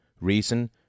Reason